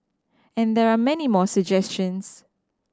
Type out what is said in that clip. and there are many more suggestions